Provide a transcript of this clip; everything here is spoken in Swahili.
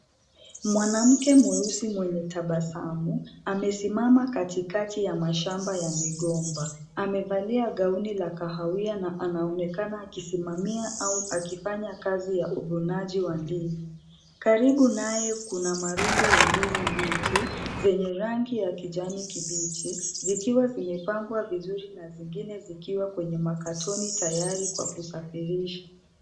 Mwanamke mweusi mwenye tabasamu, amesimama katikati ya mashamba ya migomba. Amevalia gauni la kahawia na anaonekana akisimamia au akifanya kazi ya uvunaji wa ndizi. Karibu naye kuna marundo ya ndizi mbichi zenye rangi ya kijani kibichi, zikiwa zimepangwa vizuri na zingine zikiwa kwenye makatoni tayari kwa kusafirishwa.